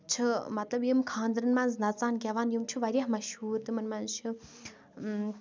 چھِ مطلب یِم خاندرن منٛز نَژان گیٚوان یِم چھِ واریاہ مَشہور تِمن منٛز چھِ